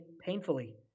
painfully